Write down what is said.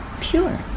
pure